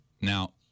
Now